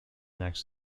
next